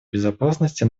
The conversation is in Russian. безопасности